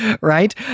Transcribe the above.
right